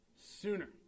sooner